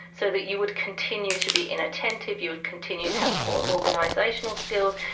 so that you would continue to be inattentive, you would continue to have poor organisational skills,